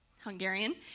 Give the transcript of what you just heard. Hungarian